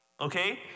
okay